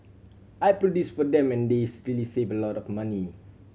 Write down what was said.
I produce for them and this really save a lot of money